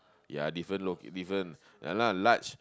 ya different lo~ different ya lah large